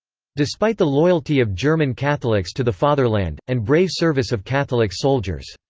despite the loyalty of german catholics to the fatherland, and brave service of catholics soldiers.